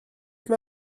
mae